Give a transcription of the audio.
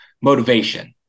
motivation